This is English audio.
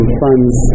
funds